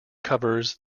covers